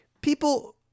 people